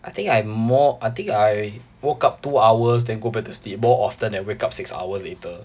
I think I more I think I woke up two hours then go back to sleep more often than wake up six hours later